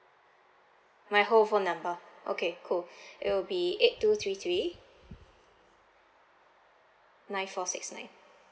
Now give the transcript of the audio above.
my whole phone number okay cool it will be eight two three three nine four six nine